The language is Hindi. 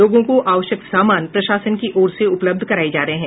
लोगों को आवश्यक सामान प्रशासन की ओर से उपलब्ध कराये जा रहे हैं